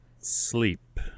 sleep